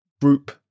group